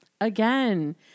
Again